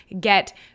get